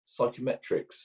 psychometrics